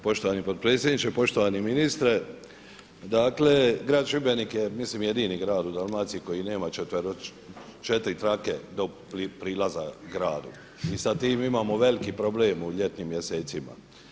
Poštovani potpredsjedniče, poštovani ministre dakle Grad Šibenik je mislim jedini grad u Dalmaciji koji nema četiri trake do prilaza gradu i sa tim imamo veliki problem u ljetnim mjesecima.